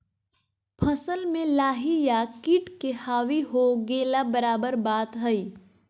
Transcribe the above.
फसल में लाही या किट के हावी हो गेला बराबर बात हइ